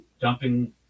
dumping